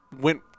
went